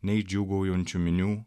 nei džiūgaujančių minių